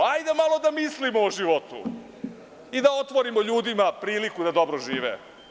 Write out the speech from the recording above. Hajde malo da mislimo o životu i da otvorimo ljudima priliku da dobro žive.